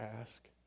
ask